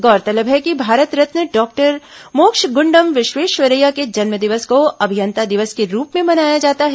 गौरतलब है कि भारत रत्न डॉक्टर मोक्षगुंडम विश्वेश्वरैया के जन्मदिवस को अभियंता दिवस के रूप में मनाया जाता है